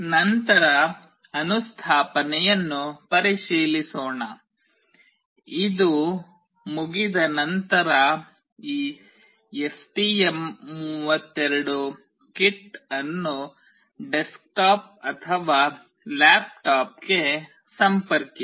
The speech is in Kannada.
ನಂತರ ಅನುಸ್ಥಾಪನೆಯನ್ನು ಪರಿಶೀಲಿಸೋಣ ಇದು ಮುಗಿದ ನಂತರ ಈ STM32 ಕಿಟ್ ಅನ್ನು ಡೆಸ್ಕ್ಟಾಪ್ ಅಥವಾ ಲ್ಯಾಪ್ಟಾಪ್ಗೆ ಸಂಪರ್ಕಿಸಿ